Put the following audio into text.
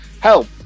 Help